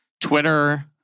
Twitter